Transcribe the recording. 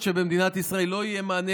לא יכול להיות שבמדינת ישראל לא יהיה מענה